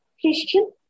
Christian